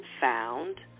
found